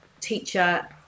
teacher